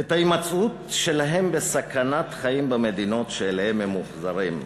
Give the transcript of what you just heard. את ההימצאות שלהם בסכנת חיים במדינות שאליהן הם מוחזרים.